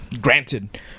Granted